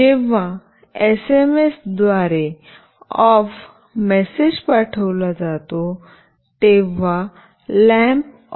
जेव्हा एसएमएस द्वारे "off " message पाठविला जातो तेव्हा लॅम्प ऑफ केला जातो